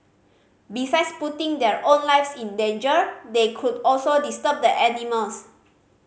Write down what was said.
besides putting their own lives in danger they could also disturb the animals